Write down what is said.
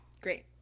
Great